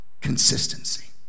consistency